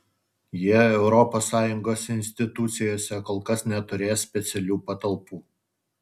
jie europos sąjungos institucijose kol kas neturės specialių patalpų